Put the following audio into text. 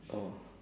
oh